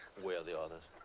where are the others?